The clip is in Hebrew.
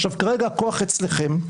כרגע הכוח אצלכם,